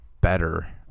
better